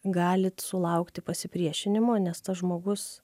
galit sulaukti pasipriešinimo nes tas žmogus